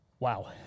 Wow